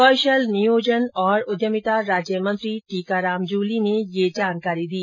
कौशल नियोजन और उद्यमिता राज्य मंत्री टीकाराम जूली ने ये जानकारी दी